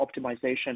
optimization